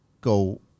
go